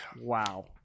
Wow